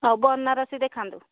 ହଉ ବନାରସୀ ଦେଖାନ୍ତୁ